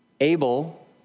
Abel